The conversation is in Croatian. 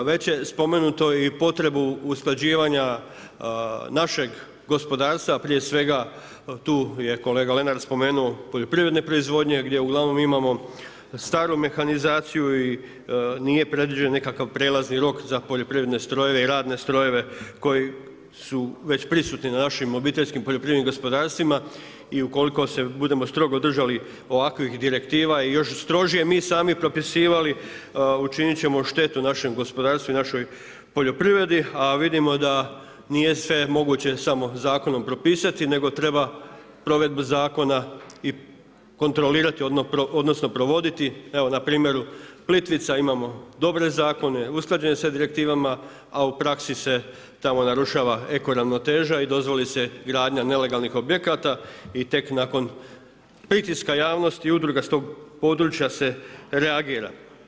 Već je spomenuta i potreba usklađivanja našeg gospodarstva, prije svega tu je kolega Lenart spomenuo poljoprivredne proizvodnje gdje uglavnom imamo staru mehanizaciju i nije predviđen nekakav prelazni rok za poljoprivredne strojeve i radne strojeve koji su već prisutni na našim OPG-ovima i ukoliko se budemo strogo držali ovakvih direktiva i još strožije mi sami propisivali, učinit ćemo štetu našem gospodarstvu i našoj poljoprivredi a vidimo da nije sve moguće samo zakonom propisati nego treba provedbu zakona i kontrolirati odnosno provoditi, evo na primjeru Plitvica imamo dobre zakone, usklađeni sa direktivama, a u praksi se tamo narušava eko ravnoteža i dozvoli se gradnja nelegalnih objekata i tek nakon pritiska javnosti i udruga s tog područja se reagira.